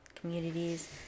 communities